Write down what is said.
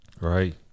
right